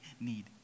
need